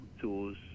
tools